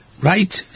Right